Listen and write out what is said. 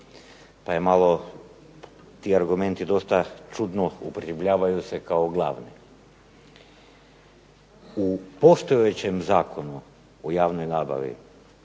Pa je malo, ti argumenti dosta čudno upotrebljavaju se kao glavni. U postojećem Zakonu o javnoj nabavi,